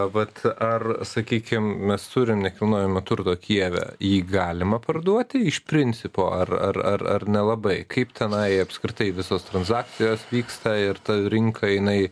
vat ar sakykim mes turim nekilnojamo turto kijeve jį galima parduoti iš principo ar ar ar nelabai kaip tenai apskritai visos transakcijos vyksta ir ta rinka jinai